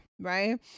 right